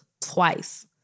Twice